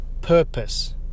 purpose